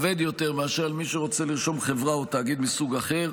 מאשר מי שרוצה לרשום חברה או תאגיד מסוג אחר.